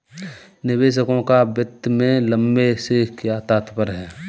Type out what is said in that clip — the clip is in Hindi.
निवेशकों का वित्त में लंबे से क्या तात्पर्य है?